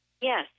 Yes